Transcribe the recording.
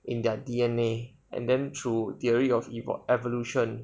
in their D_N_A and then through theory of evolution